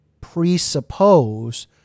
presuppose